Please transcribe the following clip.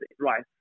right